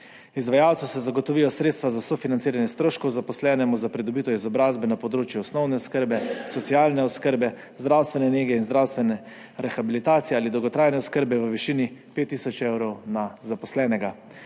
Izvajalcu se zagotovijo sredstva za sofinanciranje stroškov zaposlenemu za pridobitev izobrazbe na področju osnovne oskrbe, socialne oskrbe, zdravstvene nege in zdravstvene rehabilitacije ali dolgotrajne oskrbe v višini 5 tisoč evrov na zaposlenega.